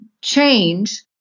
change